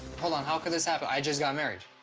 hold on, how could this happen? i just got married!